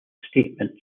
statements